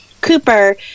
Cooper